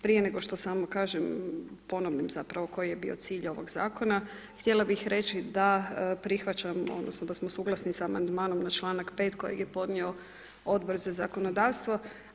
Prije nego što samo kažem ponovim zapravo koji je bio cilj ovog zakona, htjela bih reći da prihvaćam odnosno da smo suglasni sa amandmanom na članak 5. kojeg je podnio Odbor za zakonodavstvo.